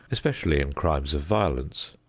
especially in crimes of violence.